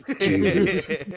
Jesus